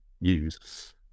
use